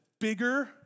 bigger